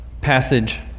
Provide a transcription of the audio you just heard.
passage